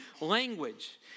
language